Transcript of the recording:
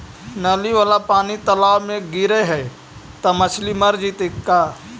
नली वाला पानी तालाव मे गिरे है त मछली मर जितै का?